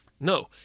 no